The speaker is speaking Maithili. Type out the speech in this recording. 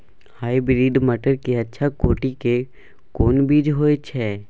हाइब्रिड मटर के अच्छा कोटि के कोन बीज होय छै?